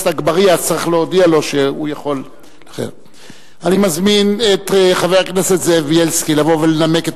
לכן נשמע עכשיו ברציפות את